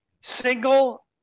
single